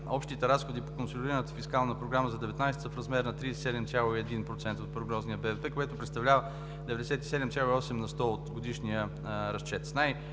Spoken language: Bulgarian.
общите разходи по консолидираната фискална програма за 2019 г. са в размер на 37,1% от прогнозния БВП, което представлява 97,8 на сто на годишния разчет.